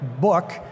book